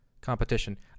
competition